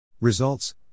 Results